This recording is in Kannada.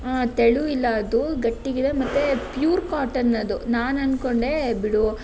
ತೆಳು ಇಲ್ಲ ಅದು ಗಟ್ಟಿಗಿದೆ ಮತ್ತು ಪ್ಯೂರ್ ಕಾಟನ್ ಅದು ನಾನು ಅಂದ್ಕೊಂಡೆ ಬಿಡು